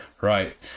Right